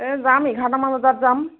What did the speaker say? এই যাম এঘাৰটামান বজাত যাম